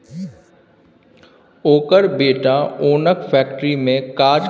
ओकर बेटा ओनक फैक्ट्री मे काज करय छै